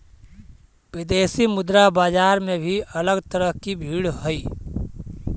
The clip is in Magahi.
विदेशी मुद्रा बाजार में भी अलग तरह की भीड़ हई